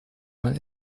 man